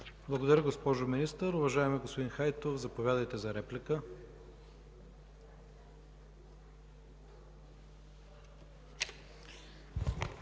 Благодаря, госпожо Министър. Уважаеми господин Хайтов, заповядайте за реплика.